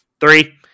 Three